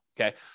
Okay